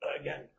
again